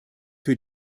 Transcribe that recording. für